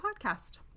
Podcast